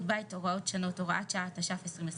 בית והוראות שונות) (הוראת שעה) (תיקון מס' 43),